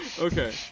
Okay